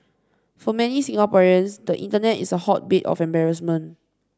for many Singaporeans the internet is a hotbed of embarrassment